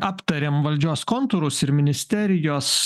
aptarėm valdžios kontūrus ir ministerijas